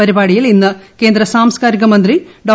പരിപാടിയിൽ ഇന്ന് കേന്ദ്ര സാംസ്കാരിക മന്ത്രി ഡോ